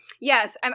yes